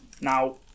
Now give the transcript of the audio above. now